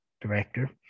director